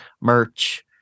merch